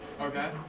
Okay